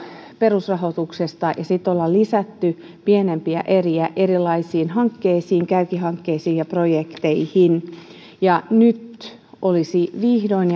perusrahoituksesta ja sitten ollaan lisätty pienempiä eriä erilaisiin hankkeisiin kärkihankkeisiin ja projekteihin nyt olisi vihdoin